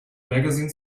magazine